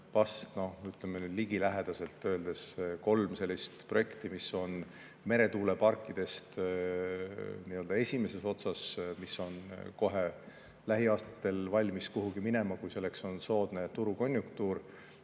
seas on ligilähedaselt öeldes kolm sellist projekti, mis on esimeses otsas ja mis on kohe lähiaastatel valmis kuhugi minema, kui selleks on soodne turukonjunktuur.